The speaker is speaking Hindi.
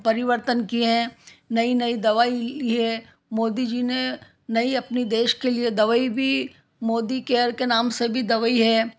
परिवर्तन किए हैं नई नई दवाई ली है मोदी जी ने नई अपनी देश के लिए दवाई भी मोदी केयर के नाम से भी दवाई है